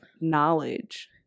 knowledge